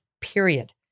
period